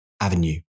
avenue